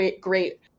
great